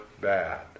bad